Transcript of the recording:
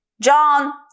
John